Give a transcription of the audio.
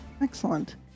Excellent